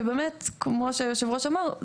שבאמת כמו שיושב הראש אמר,